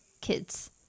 kids